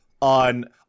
on